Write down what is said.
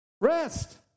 Rest